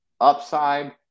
upside